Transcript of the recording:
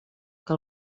que